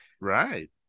Right